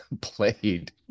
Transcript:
played